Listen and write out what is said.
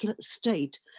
state